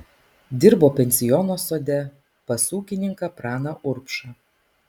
dirbo pensiono sode pas ūkininką praną urbšą